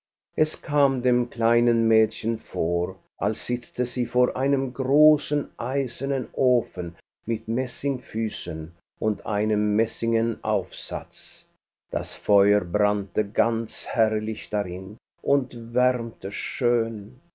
es kam dem kleinen mädchen vor als sitze sie vor einem großen eisernen ofen mit messingfüßen und einem messingenen aufsatz das feuer brannte ganz herrlich darin und wärmte schön